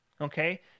Okay